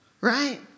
Right